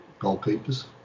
goalkeepers